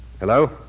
Hello